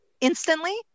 instantly